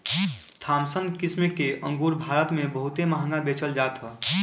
Thompson किसिम के अंगूर भारत में बहुते महंग बेचल जात हअ